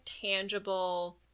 tangible